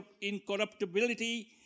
incorruptibility